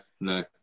no